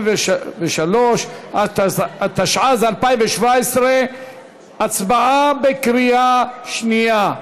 63), התשע"ז 2017. הצבעה בקריאה שנייה.